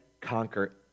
conquer